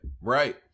right